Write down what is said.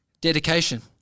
Dedication